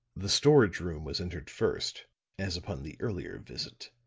the storage room was entered first as upon the earlier visit,